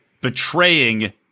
betraying